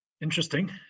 Interesting